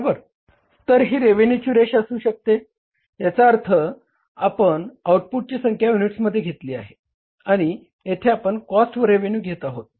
तर ही रेव्हेन्यूची रेष असू शकते याचा अर्थ येथे आपण आउटपुटची संख्या युनिट्समध्ये घेतली आहे आणि येथे आपण कॉस्ट व रेव्हेन्यू घेत आहोत